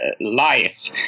life